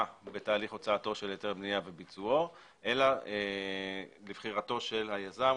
בתהליך הוצאתו של היתר בנייה וביצועו אלא לבחירתו של היזם.